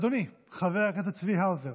אדוני חבר הכנסת צבי האוזר